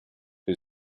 who